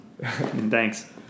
Thanks